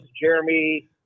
Jeremy